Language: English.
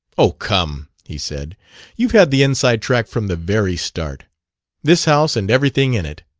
oh, come, he said you've had the inside track from the very start this house and everything in it.